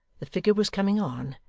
the figure was coming on,